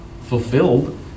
fulfilled